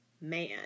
man